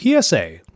PSA